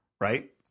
right